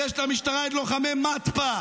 יש למשטרה את לוחמי מתפ"א,